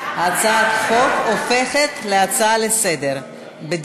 ההצעה להפוך את הצעת חוק לתיקון פקודת